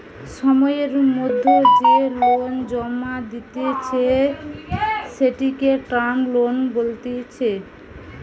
সময়ের মধ্যে যে লোন জমা দিতেছে, সেটিকে টার্ম লোন বলতিছে